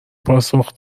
پاسخ